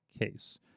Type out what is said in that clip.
case